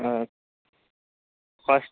first